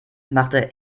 machte